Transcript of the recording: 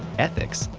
ethics,